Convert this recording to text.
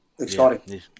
Exciting